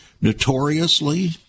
notoriously